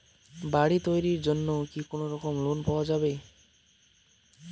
বাড়ি তৈরির জন্যে কি কোনোরকম লোন পাওয়া যাবে?